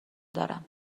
دارم